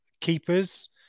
keepers